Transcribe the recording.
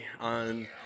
on